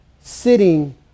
sitting